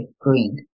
Green